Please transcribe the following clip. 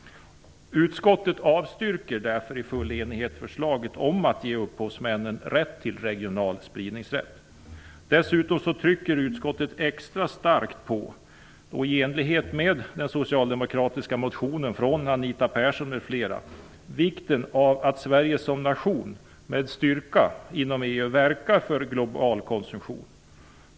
Utskottet avstyrker därför i full enighet förslaget om att ge upphovsmännen regional spridningsrätt. Dessutom trycker utskottet extra starkt på, i enlighet med den socialdemokratiska motionen av Anita Persson m.fl., vikten av att Sverige som nation med styrka verkar inom EU för global konsumtion.